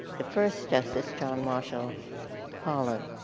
the first justice, john marshall harlan.